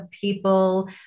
people